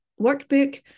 workbook